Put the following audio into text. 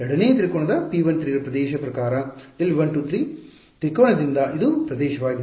2 ನೇ ತ್ರಿಕೋನ P13 ರ ಪ್ರದೇಶದ ಪ್ರಕಾರ Δ123 ತ್ರಿಕೋನದಿಂದ ಇದು ಪ್ರದೇಶವಾಗಿದೆ